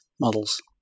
models